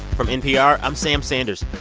from npr, i'm sam sanders.